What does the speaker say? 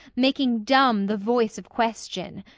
making dumb the voice of question.